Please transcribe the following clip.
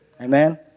Amen